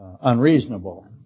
unreasonable